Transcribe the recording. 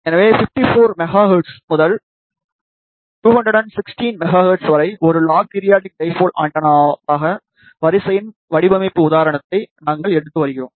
எனவே 54 megahertz முதல் 216 megahertz வரை ஒரு லாஃ பீரியாடிக் டைபோல் ஆண்டெனாவாக வரிசையின் வடிவமைப்பு உதாரணத்தை நாங்கள் எடுத்து வருகிறோம்